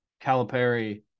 Calipari –